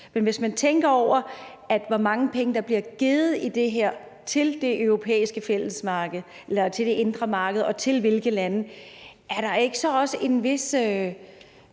Men hvis man tænker over, hvor mange penge der bliver givet med det her til det europæiske indre marked, og tænker over til hvilke lande, er der så ikke også et vist